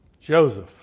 Joseph